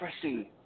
pressing